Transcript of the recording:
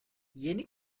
yeni